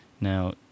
Now